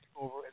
over